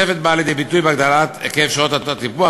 התוספת באה לידי ביטוי בהגדלת היקף שעות הטיפוח,